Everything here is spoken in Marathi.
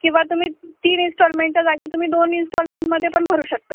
किंवा तुम्ही तीन इन्स्टॉलमेंटच्या जागी तुम्ही दोन इन्स्टॉलमेंटमध्ये पण भरू शकता